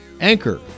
Anchor